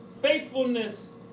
faithfulness